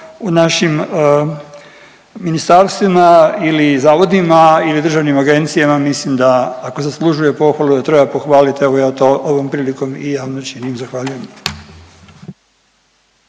u našim ministarstvima ili zavodima ili državnim agencijama mislim da ako zaslužuje pohvalu da treba pohvaliti. Evo ja to ovom prilikom i javno činim. Zahvaljujem.